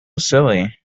silly